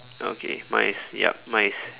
okay mine is yup mine is